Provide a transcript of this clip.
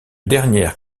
dernière